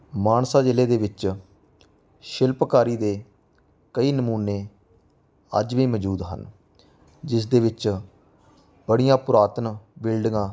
ਮਾਨਸਾ ਜ਼ਿਲ੍ਹੇ ਦੇ ਵਿੱਚ ਸ਼ਿਲਪਕਾਰੀ ਦੇ ਕਈ ਨਮੂਨੇ ਅੱਜ ਵੀ ਮੌਜੂਦ ਹਨ ਜਿਸ ਦੇ ਵਿੱਚ ਬੜੀਆਂ ਪੁਰਾਤਨ ਬਿਲਡਿੰਗਾਂ